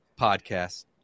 podcast